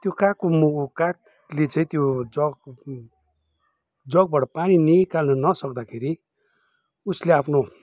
त्यो काग उड्नु कागले चाहिँ त्यो जग जगबाट पानी निकाल्न नसक्दाखेरि उसले आफ्नो